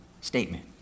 statement